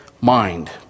mind